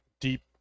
deep